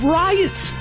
riots